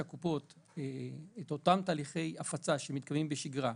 שאת אותם תהליכי הפצה שמתקיימים בשגרה,